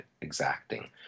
exacting